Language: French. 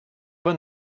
bon